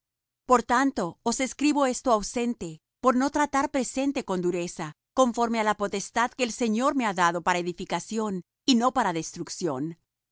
por tanto os escribo esto ausente por no tratar presente con dureza conforme á la potestad que el señor me ha dado para edificación y no para destrucción